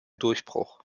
durchbruch